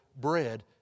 bread